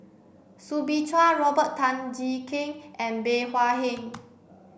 Soo Bin Chua Robert Tan Jee Keng and Bey Hua Heng